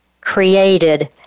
created